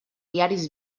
diaris